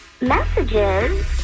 messages